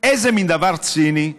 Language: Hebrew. איזה מין דבר ציני?